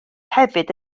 hefyd